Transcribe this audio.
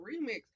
remix